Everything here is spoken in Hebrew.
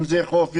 אם זה חוף ים,